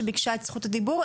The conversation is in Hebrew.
שביקשה את זכות הדיבור.